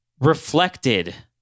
reflected